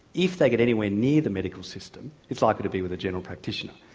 if they get anywhere near the medical system it's likely to be with a general practitioner.